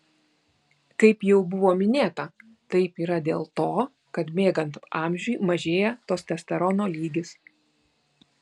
kaip jau buvo minėta taip yra dėl to kad bėgant amžiui mažėja testosterono lygis